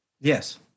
Yes